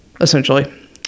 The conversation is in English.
essentially